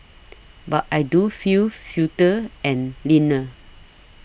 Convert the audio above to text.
but I do feel fitter and leaner